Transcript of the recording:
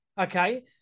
okay